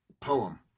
poem